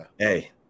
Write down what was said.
Hey